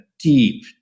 Deep